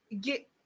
get